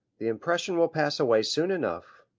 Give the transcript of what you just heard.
the impression will pass away soon enough.